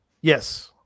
yes